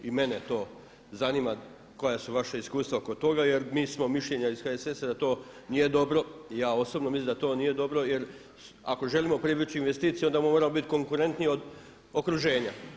I mene to zanima koja su vaša iskustva oko toga jer mi smo mišljenja iz HSS-a da to nije dobro i ja osobno mislim da to nije dobro jer ako želimo privući investicije onda moramo biti konkurentniji od okruženja.